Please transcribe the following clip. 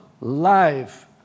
life